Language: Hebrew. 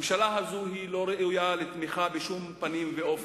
הממשלה הזו היא לא ראויה לתמיכה בשום פנים ואופן.